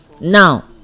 Now